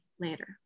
Later